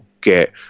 get